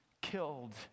killed